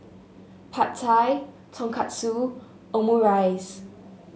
Pad Thai Tonkatsu Omurice